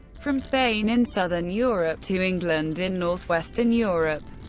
from spain in southern europe to england in north-western europe.